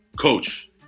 coach